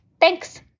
Thanks